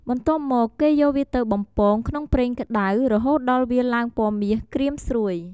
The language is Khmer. បន្ទាប់មក គេយកវាទៅ បំពង ក្នុងប្រេងក្ដៅរហូតដល់វាឡើងពណ៌មាស ក្រៀមស្រួយ។